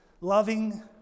loving